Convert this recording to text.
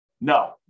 No